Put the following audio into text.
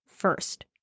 first